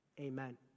Amen